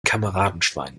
kameradenschwein